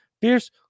Fierce